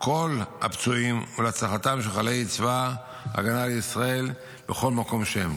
כל הפצועים ולהצלחתם של חיילי צבא ההגנה לישראל בכל מקום שהם.